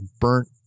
burnt